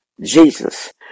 Jesus